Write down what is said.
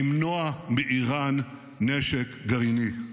ולמנוע מאיראן נשק גרעיני.